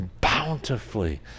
bountifully